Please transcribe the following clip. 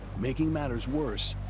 making matters worse,